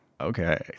Okay